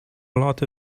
lot